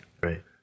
Right